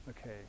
Okay